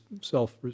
self